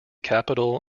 capital